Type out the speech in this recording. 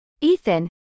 Ethan